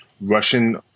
Russian